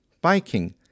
biking